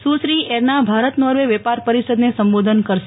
સુશ્રી Erna Bharat Norway વેપાર પરિસદને સંબોધન કરશે